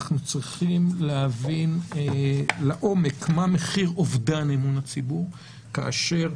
אנחנו צריכים להבין לעומק מה מחיר אובדן אמון הציבור כאשר